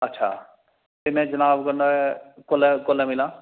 अच्छा ते में जनाब कन्नै कोल्लै कोल्ले मिलां